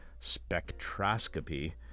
spectroscopy